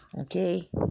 Okay